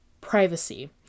privacy